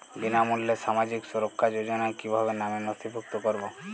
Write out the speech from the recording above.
বিনামূল্যে সামাজিক সুরক্ষা যোজনায় কিভাবে নামে নথিভুক্ত করবো?